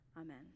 Amen